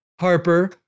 Harper